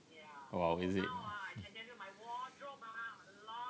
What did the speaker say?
!wow! is it